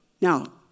Now